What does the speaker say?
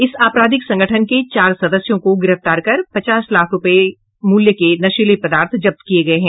इस आपराधिक संगठन के चार सदस्यों को गिरफ्तार कर पचास लाख रूपये मूल्य के नशीले पदार्थ जब्त किये गये हैं